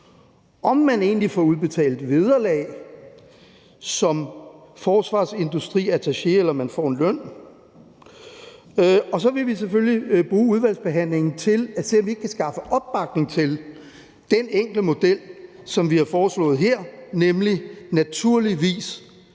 om man egentlig får udbetalt vederlag som forsvarsindustriattaché, eller om man får en løn. Og så vil vi selvfølgelig bruge udvalgsbehandlingen til at se, om vi ikke kan skaffe opbakning til den enkle model, som vi har foreslået her, nemlig at prins